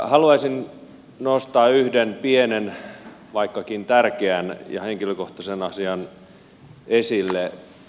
haluaisin nostaa yhden pienen vaikkakin tärkeän ja henkilökohtaisen asian esille